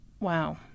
Wow